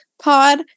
pod